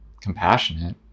compassionate